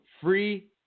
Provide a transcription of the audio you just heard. free